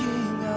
King